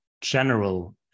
general